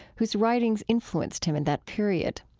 whose writings influenced him in that period.